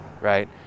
right